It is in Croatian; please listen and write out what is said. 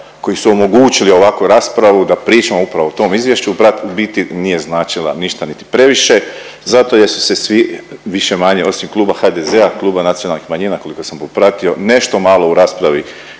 koji su omogućili ovakvu raspravu da pričamo upravo o tom izvješću u biti nije značila ništa niti previše zato jer su se svi više-manje osim Kluba HDZ-a i Kluba nacionalnih manjina, koliko sam popratio, nešto malo u raspravi